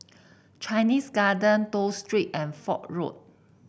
Chinese Garden Toh Street and Fort Road